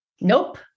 Nope